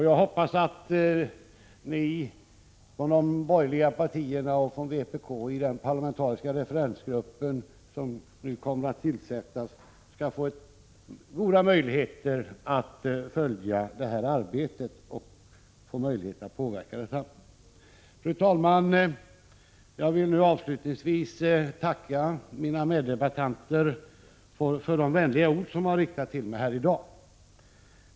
Jag hoppas att ni från de borgerliga partierna och vpk i den parlamentariska referensgrupp som nu kommer att tillsättas skall få goda möjligheter att följa detta arbete och påverka det. Fru talman! Jag vill avslutningsvis tacka mina meddebattörer för de vänliga ord de har riktat till mig här i dag.